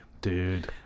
Dude